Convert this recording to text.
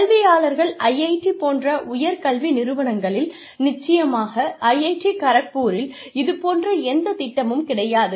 கல்வியாளர்கள் IIT போன்ற உயர் கல்வி நிறுவனங்களில் நிச்சயமாக IIT கரக்பூரில் இதுபோன்ற எந்த திட்டமும் கிடையாது